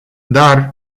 dar